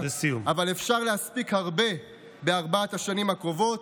אבל אפשר להספיק הרבה בארבע השנים הקרובות.